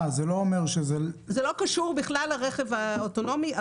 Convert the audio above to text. זה לא קשור בכלל לרכב האוטונומי,